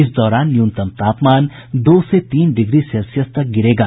इस दौरान न्यूनतम तापमान दो से तीन डिग्री सेल्सियस तक गिरेगा